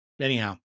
Anyhow